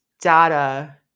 data